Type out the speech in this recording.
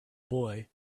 boy